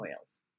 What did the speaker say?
oils